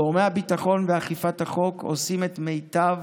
גורמי הביטחון ואכיפת החוק עושים את מיטב